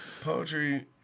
Poetry